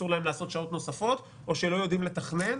להם לעשות שעות נוספות או שלא יודעים לתכנן.